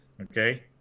Okay